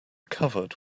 covered